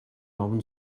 ofn